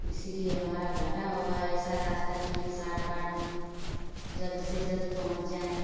इसलिए हमारा घाटा होगा ऐसा रास्ता चुनें साद गाँठ में जल्द से जल्द पहुँच जाएँ